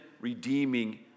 redeeming